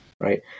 right